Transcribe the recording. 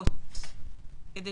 וילדות כדי